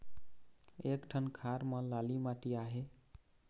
एक ठन खार म लाली माटी आहे?